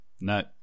No